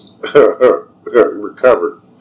recovered